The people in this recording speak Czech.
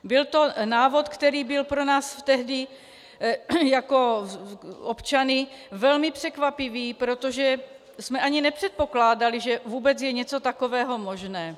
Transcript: Byl to návod, který byl pro nás tehdy jako občany velmi překvapivý, protože jsme ani nepředpokládali, že vůbec je něco takového možné.